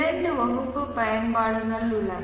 இரண்டு வகுப்பு பயன்பாடுகள் உள்ளன